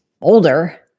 older